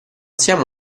siamo